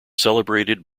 celebrated